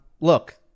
Look